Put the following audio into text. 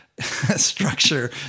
structure